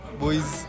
Boys